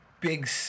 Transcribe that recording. big